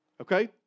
okay